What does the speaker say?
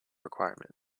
requirement